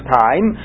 time